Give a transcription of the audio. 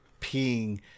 peeing